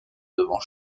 devant